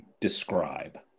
describe